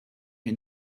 and